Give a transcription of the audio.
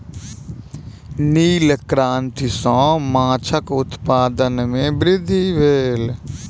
नील क्रांति सॅ माछक उत्पादन में वृद्धि भेल